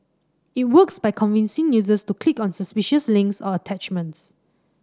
it works by convincing users to click on suspicious links or attachments